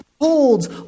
holds